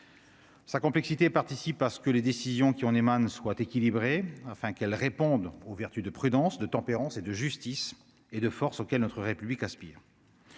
sa complexité permet de garantir que les décisions qui en émanent sont équilibrées et répondent aux vertus de prudence, de tempérance, de justice et de force auxquelles notre République aspire.